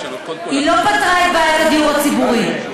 היא לא פתרה את בעיית הדיור הציבורי,